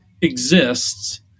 exists